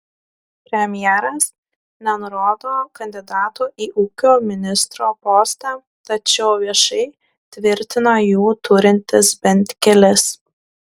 premjeras nenurodo kandidatų į ūkio ministro postą tačiau viešai tvirtino jų turintis bent kelis